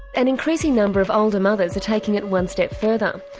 and increasing number of older mothers are taking it one step further.